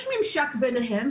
יש ממשק ביניהם,